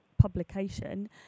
Publication